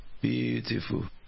Beautiful